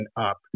up